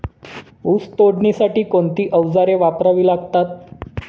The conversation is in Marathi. ऊस तोडणीसाठी कोणती अवजारे वापरावी लागतात?